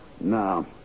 No